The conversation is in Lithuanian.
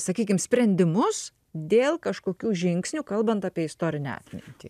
sakykim sprendimus dėl kažkokių žingsnių kalbant apie istorinę atmintį